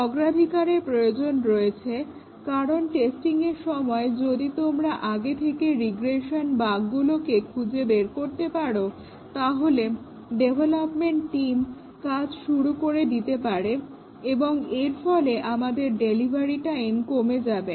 অগ্রাধিকারের প্রয়োজন রয়েছে কারণ টেস্টিংয়ের সময় যদি তোমরা আগে থেকে রিগ্রেশন বাগগুলোকে খুঁজে বের করতে পারো তাহলে ডেভলপমেন্ট টিম কাজ শুরু করে দিতে পারে এবং এর ফলে আমাদের ডেলিভারি টাইম কমে যাবে